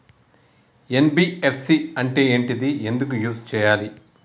NBFC అంటే ఏంటిది ఎందుకు యూజ్ చేయాలి?